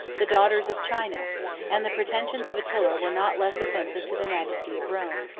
the daughters of china and the pretensions of attila were not less offensive to the majesty of rome.